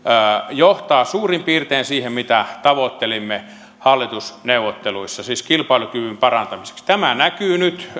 johtaa suurin piirtein siihen mitä tavoittelimme hallitusneuvotteluissa kilpailukyvyn parantamiseksi tämä näkyy nyt